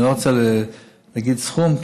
אני לא רוצה להגיד סכום,